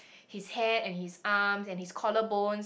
his hand and his arm and his collarbones